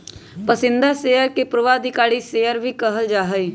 पसंदीदा शेयर के पूर्वाधिकारी शेयर भी कहल जा हई